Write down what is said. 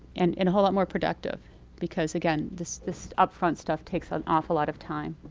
and and whole lot more productive because, again, this this upfront stuff takes an awful lot of time.